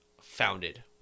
founded